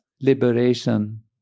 liberation